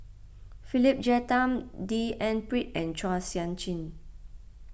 Philip Jeyaretnam D N Pritt and Chua Sian Chin